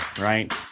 right